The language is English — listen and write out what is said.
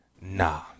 Nah